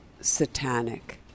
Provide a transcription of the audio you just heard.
satanic